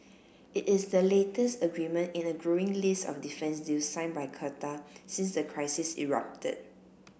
it is the latest agreement in a growing list of defence deals signed by Qatar since the crisis erupted